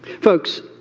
Folks